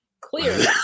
Clearly